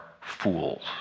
fools